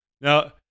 Now